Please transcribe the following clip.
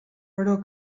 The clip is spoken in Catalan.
però